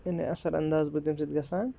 یعنی اثر انداز بہٕ تَمہِ سۭتۍ گژھان